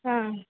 हा